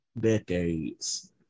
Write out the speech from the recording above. decades